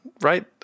Right